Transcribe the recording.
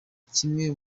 kimwe